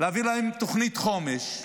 להעביר להם תוכנית חומש,